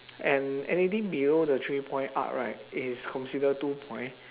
and anything below the three point arc right is consider two point